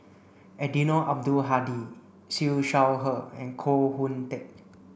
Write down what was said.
Eddino Abdul Hadi Siew Shaw Her and Koh Hoon Teck